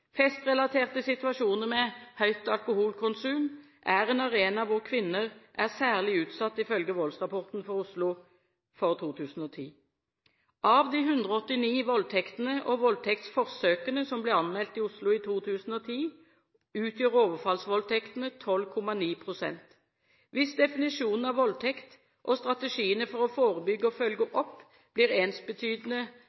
Festrelaterte situasjoner med høyt alkoholkonsum er en arena hvor kvinner er særlig utsatt ifølge voldsrapporten for Oslo for 2010. Av de 189 voldtektene og voldtektsforsøkene som ble anmeldt i Oslo i 2010, utgjør overfallsvoldtektene 12,9 pst. Hvis definisjonen av voldtekt og strategiene for å forebygge og følge